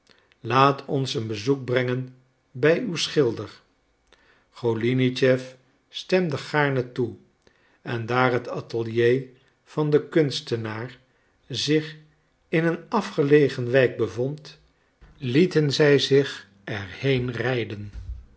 laat ons een bezoek brengen bij uw schilder golinitschef stemde gaarne toe en daar het atelier van den kunstenaar zich in een afgelegen wijk bevond lieten zij zich er heen rijden